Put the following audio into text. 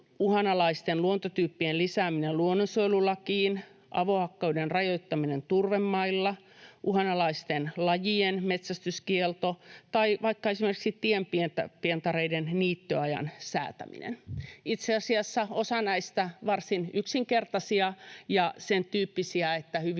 uhanalaisten luontotyyppien lisääminen luonnonsuojelulakiin, avohakkuiden rajoittaminen turvemailla, uhanalaisten lajien metsästyskielto tai vaikka esimerkiksi tienpientareiden niittoajan säätäminen. Itse asiassa osa näistä on varsin yksinkertaisia ja sen tyyppisiä, että hyvin